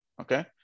Okay